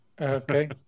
Okay